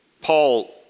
Paul